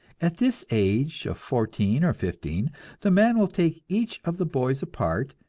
at this age of fourteen or fifteen the man will take each of the boys apart,